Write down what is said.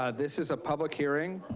ah this is a public hearing.